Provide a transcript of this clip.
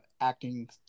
acting